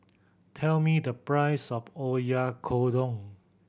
tell me the price of Oyakodon